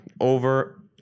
Over